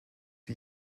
wie